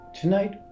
Tonight